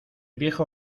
viejo